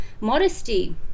modesty